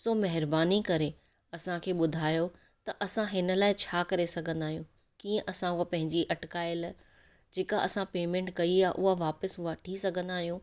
सो महिरबानी करे असांखे ॿुधायो त असां हिन लाइ छा करे सघंदा आहियूं की असां उअ पंहिंजी अटकायल जेका असां पेमेंट कई आहे उहा वापिसि वठी सघंदा आहियूं